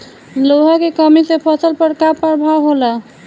लोहा के कमी से फसल पर का प्रभाव होला?